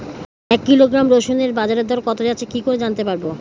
এক কিলোগ্রাম রসুনের বাজার দর কত যাচ্ছে কি করে জানতে পারবো?